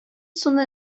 суны